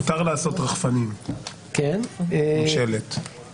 מותר לעשות רחפנים עם שלט.